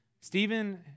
Stephen